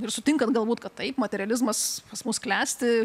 ir sutinkat galbūt kad taip materializmas pas mus klesti